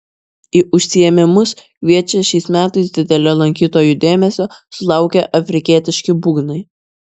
į užsiėmimus kviečia šiais metais didelio lankytojų dėmesio susilaukę afrikietiški būgnai